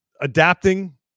Adapting